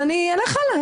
אלך הלאה.